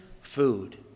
food